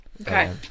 Okay